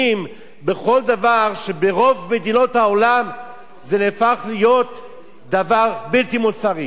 בכל דבר שברוב מדינות העולם הפך להיות דבר בלתי מוסרי?